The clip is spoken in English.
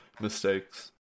mistakes